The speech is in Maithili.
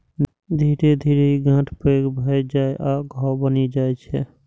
धीरे धीरे ई गांठ पैघ भए जाइ आ घाव बनि जाइ छै